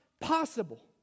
possible